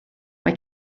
mae